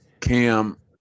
Cam